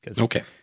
okay